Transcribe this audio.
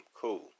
Cool